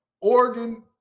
Oregon